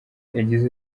yagize